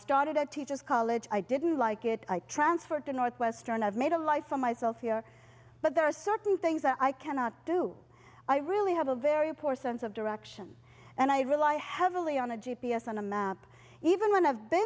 started a teacher's college i didn't like it i transferred to northwestern i've made a life for myself here but there are certain things i cannot do i really have a very poor sense of direction and i rely heavily on a g p s on a map even when i've been